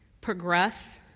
progress